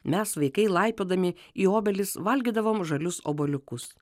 mes vaikai laipiodami į obelis valgydavom žalius obuoliukus